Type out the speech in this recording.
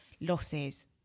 losses